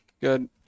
Good